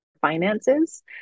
finances